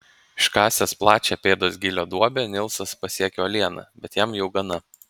iškasęs plačią pėdos gylio duobę nilsas pasiekia uolieną bet jam jau gana